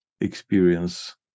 experience